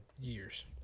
years